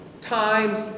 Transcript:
times